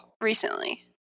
recently